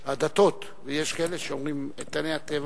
הדתות, ויש כאלה שאומרים "איתני הטבע".